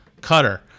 cutter